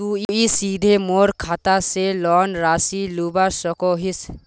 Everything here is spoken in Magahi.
तुई सीधे मोर खाता से लोन राशि लुबा सकोहिस?